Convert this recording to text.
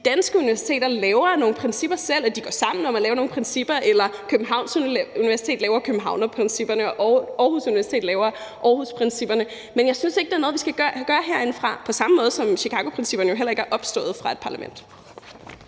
sammen om at lave nogle principper, eller at Københavns Universitet laver københavnerprincipperne og Aarhus Universitet laver Aarhusprincipperne, men jeg synes ikke, det er noget, vi skal gøre herindefra, på samme måde som Chicagoprincipperne jo heller ikke er opstået fra et parlament.